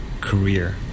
career